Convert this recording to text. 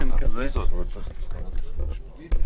מדובר בטיפול של אחד על אחד,